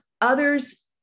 others